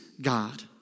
God